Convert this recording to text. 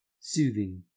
Soothing